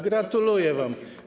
Gratuluję wam.